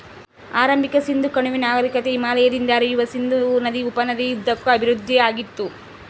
ಆರಂಭಿಕ ಸಿಂಧೂ ಕಣಿವೆ ನಾಗರಿಕತೆ ಹಿಮಾಲಯದಿಂದ ಹರಿಯುವ ಸಿಂಧೂ ನದಿ ಉಪನದಿ ಉದ್ದಕ್ಕೂ ಅಭಿವೃದ್ಧಿಆಗಿತ್ತು